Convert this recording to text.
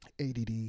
ADD